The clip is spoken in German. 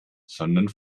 sondern